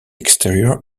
exterior